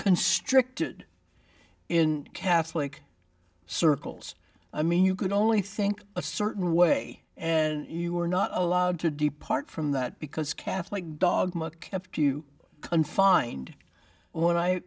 constricted in catholic circles i mean you could only think a certain way and you were not allowed to depart from that because catholic dogma kept you can find when i